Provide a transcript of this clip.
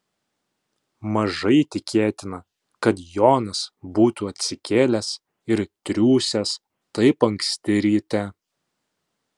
mažai tikėtina kad jonas būtų atsikėlęs ir triūsęs taip anksti ryte